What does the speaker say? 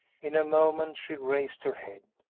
in a moment she raised her head,